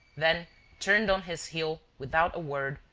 then turned on his heel, without a word,